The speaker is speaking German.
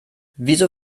wieso